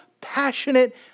passionate